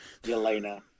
Yelena